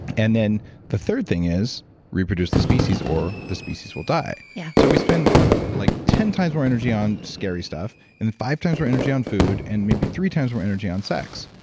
and then the third thing is reproduce the species or the species will die. yeah. so we spend like ten times more energy on scary stuff and five times more energy on food and maybe three times more energy on sex.